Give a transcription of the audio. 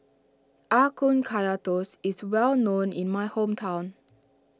Ah Kun Kaya Toast is well known in my hometown